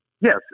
Yes